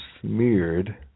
smeared